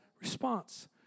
response